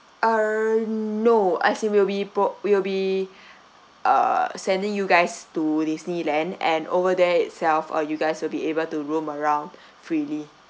err no as we will be pro~ we will be uh sending you guys to disneyland and over there itself uh you guys will be able to roam around freely